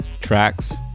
tracks